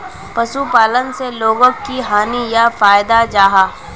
पशुपालन से लोगोक की हानि या फायदा जाहा?